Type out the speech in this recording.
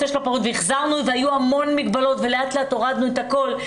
והחזרנו והיו המון מגבלות ולאט לאט הורדנו את הכל.